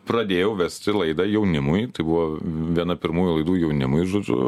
pradėjau vesti laidą jaunimui tai buvo viena pirmųjų laidų jaunimui žodžiu